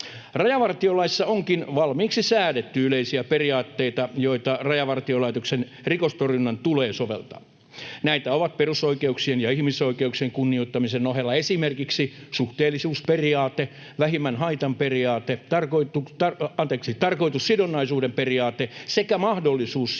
Rajavartiolaissa onkin valmiiksi säädetty yleisiä periaatteita, joita Rajavartiolaitoksen rikostorjunnan tulee soveltaa. Näitä ovat perusoikeuksien ja ihmisoikeuksien kunnioittamisen ohella esimerkiksi suhteellisuusperiaate, vähimmän haitan periaate, tarkoitussidonnaisuuden periaate sekä mahdollisuus siirtää